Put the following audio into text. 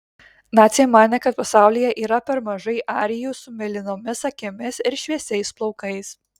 naciai manė kad pasaulyje yra per mažai arijų su mėlynomis akimis ir šviesiais plaukais